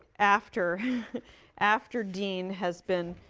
after after dean has been,